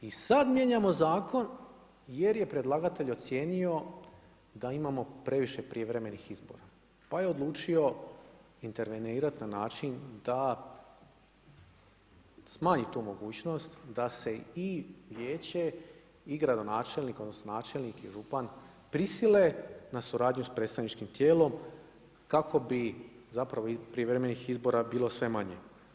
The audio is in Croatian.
I sad mijenjamo zakon jer je predlagatelj ocijenio da imamo previše prijevremenih izbora pa je odlučio intervenirati na način da smanji tu mogućnost da se i vijeće i gradonačelnik odnosno načelnik i župan prisile na suradnju s predstavničkim tijelom kako bi zapravo prijevremenih izbora bilo sve manje.